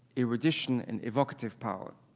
erudition and evocative power.